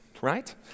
right